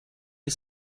you